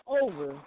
over